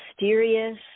mysterious